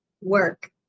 work